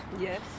Yes